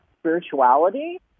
spirituality